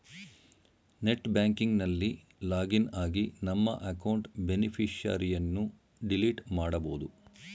net banking ನಲ್ಲಿ login ಆಗಿ ನಮ್ಮ ಅಕೌಂಟ್ ಬೇನಿಫಿಷರಿಯನ್ನು ಡಿಲೀಟ್ ಮಾಡಬೋದು